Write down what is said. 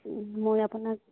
মই আপোনাক